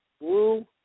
Wu